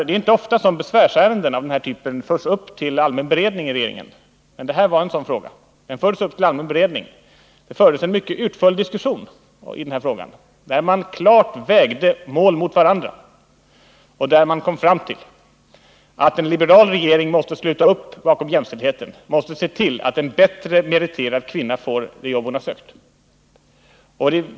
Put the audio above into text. Det är inte ofta besvärsärenden av denna typ förs upp till allmän beredning av regeringen, men detta var en sådan fråga. Ärendet fördes upp till allmän beredning, och det fördes en mycket utförlig diskussion, där man klart vägde mål mot varandra och där man kom fram till att en liberal regering måste sluta upp bakom jämställdheten och se till att en bättre meriterad kvinna skulle få det jobb hon har sökt.